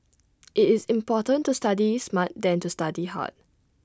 IT is important to study smart than to study hard